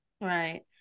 Right